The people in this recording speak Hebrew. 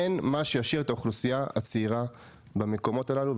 אין מה שישאיר את האוכלוסייה הצעירה במקומות הללו,